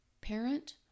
parent